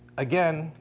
again,